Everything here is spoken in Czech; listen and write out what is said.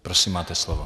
Prosím, máte slovo.